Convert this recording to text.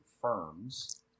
firms